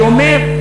אני אומר,